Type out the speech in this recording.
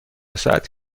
ساعت